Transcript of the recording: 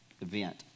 event